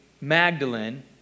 Magdalene